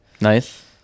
Nice